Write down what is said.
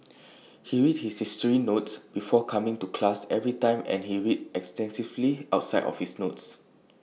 he read his history notes before coming to class every time and he read extensively outside of his notes